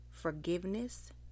forgiveness